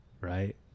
right